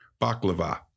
Baklava